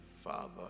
Father